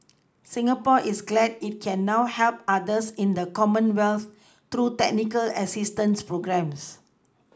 Singapore is glad it can now help others in the Commonwealth through technical assistance programmes